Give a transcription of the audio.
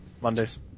Mondays